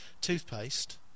toothpaste